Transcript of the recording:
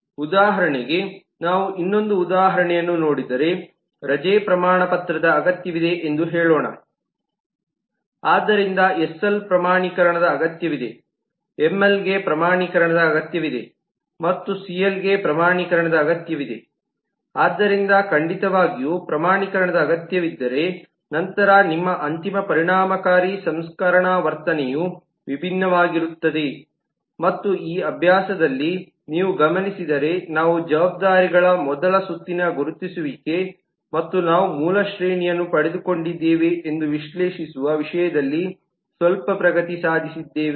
ಉದಾಹರಣೆಗೆ ನಾವು ಇನ್ನೊಂದು ಉದಾಹರಣೆಯನ್ನು ನೋಡಿದರೆ ರಜೆ ಪ್ರಮಾಣಪತ್ರದ ಅಗತ್ಯವಿದೆ ಎಂದು ಹೇಳೋಣ ಆದ್ದರಿಂದ ಎಸ್ಎಲ್ ಪ್ರಮಾಣೀಕರಣದ ಅಗತ್ಯವಿದೆ ಎಂಎಲ್ಗೆ ಪ್ರಮಾಣೀಕರಣದ ಅಗತ್ಯವಿದೆ ಮತ್ತು ಪಿಎಲ್ಗೆ ಪ್ರಮಾಣೀಕರಣದ ಅಗತ್ಯವಿದೆ ಆದ್ದರಿಂದ ಖಂಡಿತವಾಗಿಯೂ ಪ್ರಮಾಣೀಕರಣದ ಅಗತ್ಯವಿದ್ದರೆ ನಂತರ ನಿಮ್ಮ ಅಂತಿಮ ಪರಿಣಾಮಕಾರಿ ಸಂಸ್ಕರಣಾ ವರ್ತನೆಯು ವಿಭಿನ್ನವಾಗಿರುತ್ತದೆ ಮತ್ತು ಈ ಅಭ್ಯಾಸದಲ್ಲಿ ನೀವು ಗಮನಿಸಿದರೆ ನಾವು ಜವಾಬ್ದಾರಿಗಳ ಮೊದಲ ಸುತ್ತಿನ ಗುರುತಿಸುವಿಕೆ ಮತ್ತು ನಾವು ಮೂಲ ಶ್ರೇಣಿಯನ್ನು ಪಡೆದುಕೊಂಡಿದ್ದೇವೆ ಎಂದು ವಿಶ್ಲೇಷಿಸುವ ವಿಷಯದಲ್ಲಿ ಸ್ವಲ್ಪ ಪ್ರಗತಿ ಸಾಧಿಸಿದ್ದೇವೆ